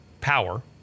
power